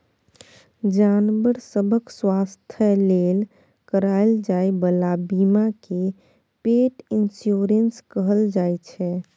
जानबर सभक स्वास्थ्य लेल कराएल जाइ बला बीमा केँ पेट इन्स्योरेन्स कहल जाइ छै